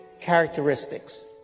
characteristics